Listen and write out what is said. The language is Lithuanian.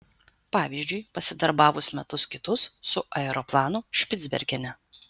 pavyzdžiui pasidarbavus metus kitus su aeroplanu špicbergene